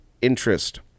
interest